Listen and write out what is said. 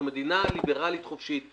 אנחנו מדינה ליברלית, חופשית.